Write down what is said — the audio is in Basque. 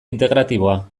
integratiboa